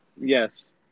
yes